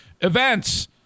events